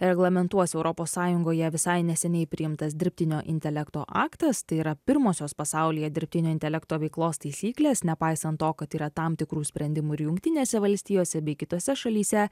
reglamentuos europos sąjungoje visai neseniai priimtas dirbtinio intelekto aktas tai yra pirmosios pasaulyje dirbtinio intelekto veiklos taisyklės nepaisant to kad yra tam tikrų sprendimų ir jungtinėse valstijose bei kitose šalyse